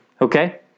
Okay